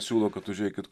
siūlau kad užeikit